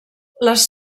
les